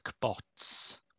bots